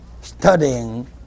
studying